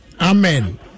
Amen